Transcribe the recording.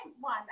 one